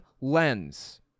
lens